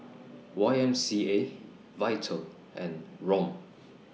Y M C A Vital and Rom